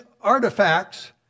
artifacts